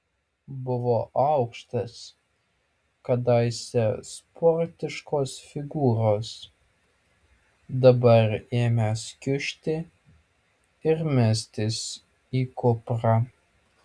buvo aukštas kadaise sportiškos figūros dabar ėmęs kiužti ir mestis į kuprą